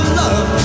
love